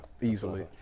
Easily